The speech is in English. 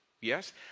Yes